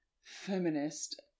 feminist